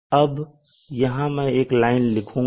अब यहां मैं एक लाइन लिखूंगा